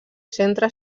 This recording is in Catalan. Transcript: centre